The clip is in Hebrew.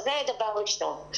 אז זה דבר ראשון.